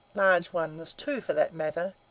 large ones too, for that matter,